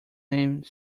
name